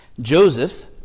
Joseph